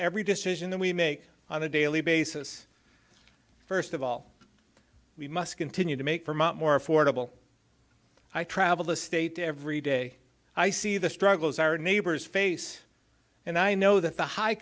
every decision that we make on a daily basis first of all we must continue to make from up more affordable i travel the state every day i see the struggles our neighbors face and i know that the high